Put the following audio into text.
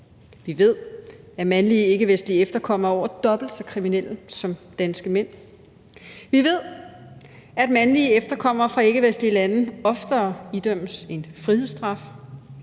Vi ved, at mandlige ikkevestlige efterkommere er over dobbelt så kriminelle som danske mænd. Vi ved, at mandlige efterkommere fra ikkevestlige lande oftere idømmes en frihedsstraf.